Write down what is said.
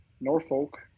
norfolk